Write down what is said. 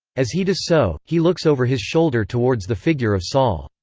as he does so, he looks over his shoulder towards the figure of sol.